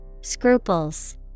Scruples